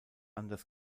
anders